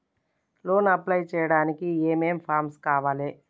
Loan apply చేయడానికి ఏం ఏం ఫామ్స్ కావాలే?